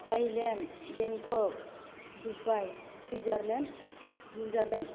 Thailand Bangkok Dubai Switzerland New Zealand